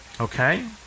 Okay